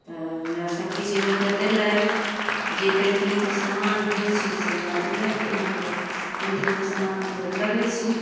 तऽ हमरा सबकिछु आनिके देलथि जे पेन्टिंगके सामान होइ छै से हमरा देलथि आनिके पेन्टिंगमे सामान तऽ लगय छै